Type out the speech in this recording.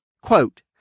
Quote